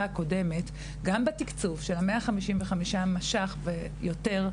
הקודמת גם בתקצוב של ה-155 מיליון שקלים ויותר,